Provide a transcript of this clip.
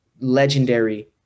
legendary